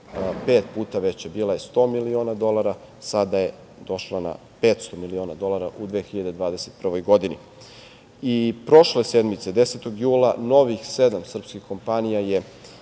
pet puta veća. Bila je 100 miliona dolara, sada je došla na 500 miliona dolara u 2021. godini. Prošle sedmice, 10. jula, novih sedam srpskih kompanija je